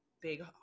big